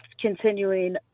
continuing